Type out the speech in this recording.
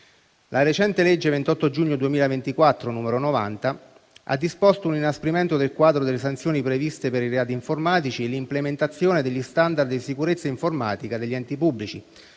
la recente legge 28 giugno 2024, n. 90, ha disposto un inasprimento del quadro delle sanzioni previste per i reati informatici e l'aumento degli standard di sicurezza informatica degli enti pubblici